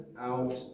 out